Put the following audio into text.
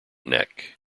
neck